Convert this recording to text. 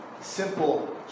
Simple